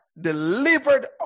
delivered